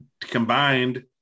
combined